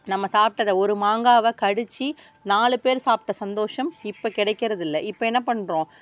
நம்ம சாப்பிட்டத ஒரு மாங்காவை கடித்து நாலு பேர் சாப்பிட்ட சந்தோஷம் இப்போ கிடைக்குறது இல்லை இப்போ என்ன பண்ணுறோம்